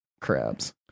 crabs